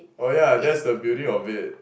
oh yeah that's the beauty of it